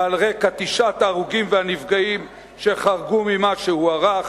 ועל רקע תשעת ההרוגים והנפגעים, שחרגו ממה שהוערך,